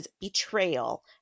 betrayal